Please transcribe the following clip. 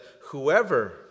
whoever